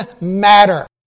matter